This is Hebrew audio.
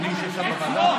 אני יושב שם בוועדה,